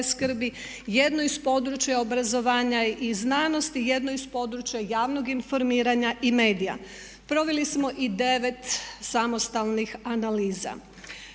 skrbi, 1 iz područja obrazovanja i znanosti, 1 iz područja javnog informiranja i medija. Proveli smo i 9 samostalnih analiza.